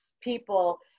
people